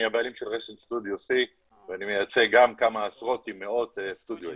אני הבעלים של רשת סטודיו C ואני מייצג גם כמה עשרות ומאות סטודיואים,